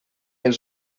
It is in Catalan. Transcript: els